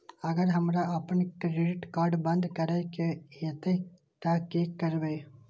अगर हमरा आपन क्रेडिट कार्ड बंद करै के हेतै त की करबै?